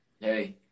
hey